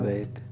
Right